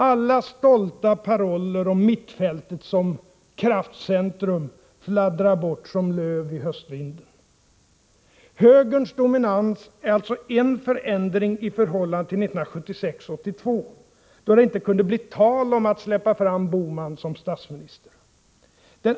Alla stolta paroller om mittfältet som kraftcentrum fladdrar bort som löv i höstvinden. Högerns dominans är alltså en förändring i förhållande till 1976-1982, då det inte kunde bli tal om att släppa fram Bohman till statsministerposten.